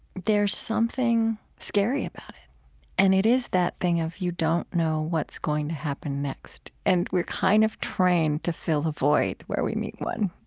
there's something scary about and it is that thing of you don't know what's going to happen next and we're kind of trained to fill the void where we meet one